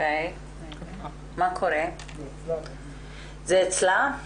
זה לא עולה מהנוסח כרגע שהפרה של הדבר הזה תהווה עבירה,